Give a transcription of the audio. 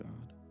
God